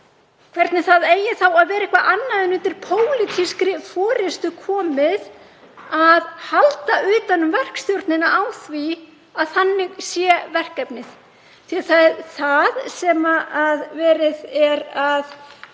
hvernig það á þá að vera eitthvað annað en undir pólitískri forystu komið að halda utan um verkstjórnina á því að þannig sé verkefnið. Því að það er það sem verið er að